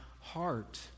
heart